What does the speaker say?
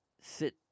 sit